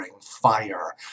fire